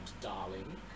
darling